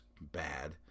bad